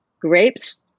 grapes